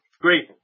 great